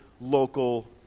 local